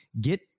Get